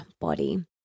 body